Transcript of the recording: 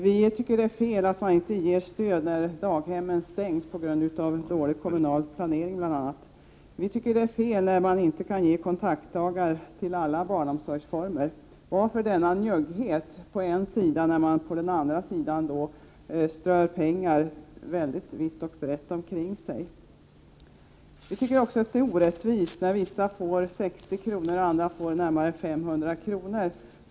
Vi tycker att det är fel att inte ge stöd när daghemmen stängs på grund av bl.a. dålig kommunal planering. Vi tycker att det är fel att inte ge kontaktdagar till alla barnomsorgsformer. Varför denna njugghet på den ena sidan, när man på den andra sidan strör pengar vitt och brett omkring sig? Vi tycker också att det är orättvist när vissa får 60 kr. och andra närmare 500 kr.